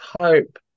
hope